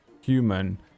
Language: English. human